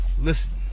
Listen